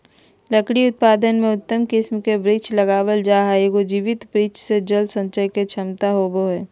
लकड़ी उत्पादन में उत्तम किस्म के वृक्ष लगावल जा हई, एगो जीवित वृक्ष मे जल संचय के क्षमता होवअ हई